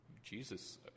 Jesus